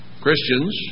Christians